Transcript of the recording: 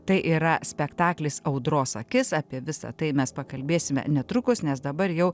tai yra spektaklis audros akis apie visa tai mes pakalbėsime netrukus nes dabar jau